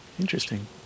Interesting